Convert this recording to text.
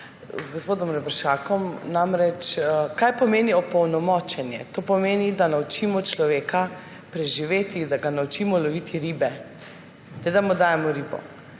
z gospodom Reberškom, namreč, kaj pomeni opolnomočenje? To pomeni, da naučimo človeka preživeti, da ga naučimo loviti ribe, ne da mu dajemo ribo.